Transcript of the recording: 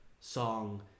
song